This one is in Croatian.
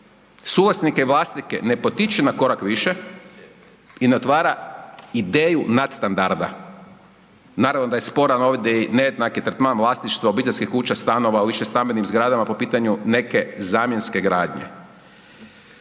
Suvlasnike i vlasnike ne potiče na korak više i ne otvara ideju nadstandarda. Naravno da je sporan ovdje i nejednaki tretman vlasništva obiteljske kuće, stanova u višestambenih zgradama po pitanju neke zamjenske gradnje.